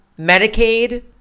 Medicaid